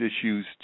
issues